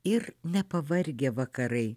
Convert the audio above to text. ir nepavargę vakarai